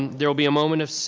there will be a moment of.